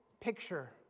picture